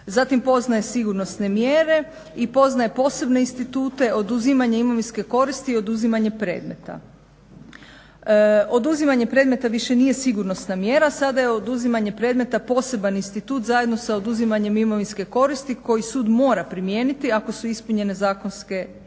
Zatim poznaje sigurnosne mjere i poznaje posebne institute oduzimanja imovinske koristi i oduzimanje predmeta. Oduzimanje predmeta više nije sigurnosna mjera, sada je oduzimanje predmeta poseban institut zajedno sa oduzimanjem imovinske koristi koju sud mora primijeniti ako su ispunjene zakonske